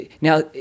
now